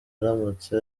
aramutse